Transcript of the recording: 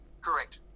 Correct